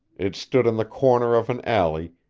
it stood on the corner of an alley,